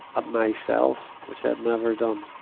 ah myself, which i'd never done,